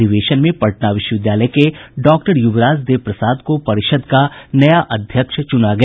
अधिवेशन में पटना विश्वविद्यालय के डॉक्टर युवराज देव प्रसाद को परिषद का नया अध्यक्ष चुना गया